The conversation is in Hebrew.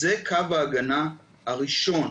זה קו ההגנה הראשון.